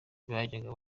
bajyaga